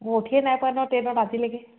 মোৰ উঠিয়ে নাই পোৱা নহয় ট্ৰেইনত আজিলৈকে